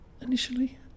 initially